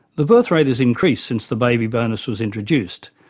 the birth rate has increased since the baby bonus was introduced,